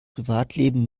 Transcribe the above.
privatleben